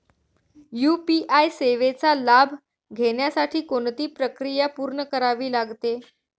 UPI सेवेचा लाभ घेण्यासाठी कोणती प्रक्रिया पूर्ण करावी लागते?